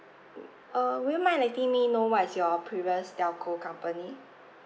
uh would you mind letting me know what's your previous telco company